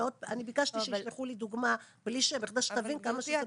אני ביקשתי שישלחו לי דוגמה בכדי שתבין כמה שזה פשוט.